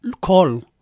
call